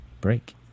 break